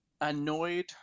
annoyed